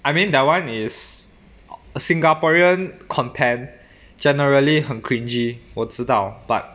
I mean that [one] is a singaporean content generally 很 cringey 我知道 but